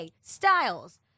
Styles